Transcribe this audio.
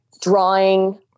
drawing